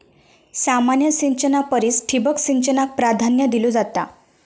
सामान्य सिंचना परिस ठिबक सिंचनाक प्राधान्य दिलो जाता